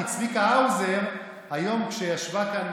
כי צביקה האוזר, היום, כשישבה כאן,